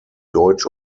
deutsch